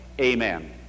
amen